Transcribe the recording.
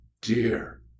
dear